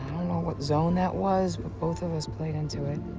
i don't know what zone that was, but both of us played into it.